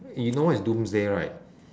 you know what is doomsday right